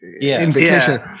invitation